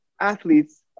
athletes